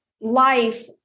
life